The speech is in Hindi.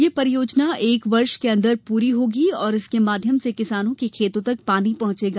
यह परियोजना एक वर्ष के अंदर पूरी होगी और इसके माध्यम से किसानों के खेतों तक पानी पहुॅचेगा